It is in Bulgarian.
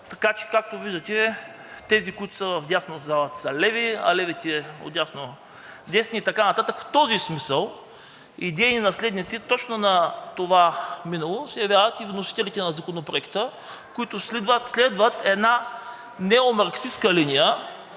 Така че, както виждате, тези, които са вдясно в залата, са леви, а левите отдясно – десни, и така нататък. В този смисъл идейни наследници точно на това минало се явяват и вносителите на Законопроекта, които следват една неомарксистка линия,